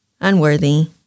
unworthy